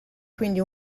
quindi